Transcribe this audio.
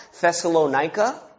Thessalonica